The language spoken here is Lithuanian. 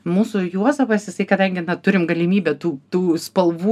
mūsų juozapas jisai kadangi na turim galimybę tų tų spalvų